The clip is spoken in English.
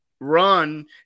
run